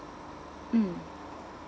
mm